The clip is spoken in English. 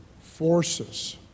forces